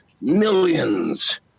millions